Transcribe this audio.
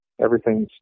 everything's